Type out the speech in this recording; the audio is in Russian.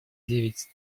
девять